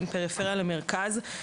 בין פריפריה למרכז.